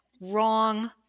Wrong